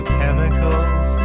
chemicals